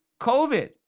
COVID